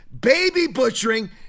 baby-butchering